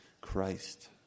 Christ